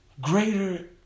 greater